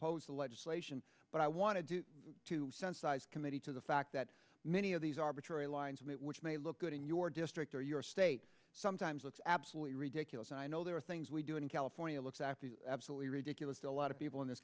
pose the legislation but i want to do to sensitise committee to the fact that many of these arbitrary lines and which may look good in your district or your state sometimes looks absolutely ridiculous and i know there are things we do in california looks after absolutely ridiculous a lot of people in this